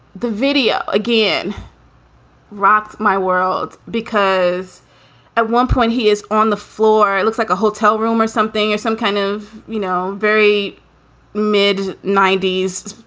the video again rocked my world because at one point he is on the floor. it looks like a hotel room or something or some kind of, you know, very mid ninety s